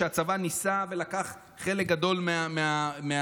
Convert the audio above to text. שהצבא ניסה ולקח חלק גדול מהחיילים,